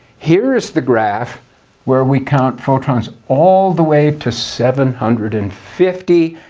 here is the graph where we count photons all the way to seven hundred and fifty,